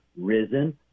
risen